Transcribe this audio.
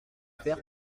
faire